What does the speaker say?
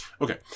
Okay